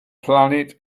planet